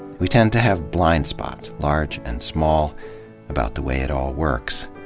we tend to have blind spots large and small about the way it all works.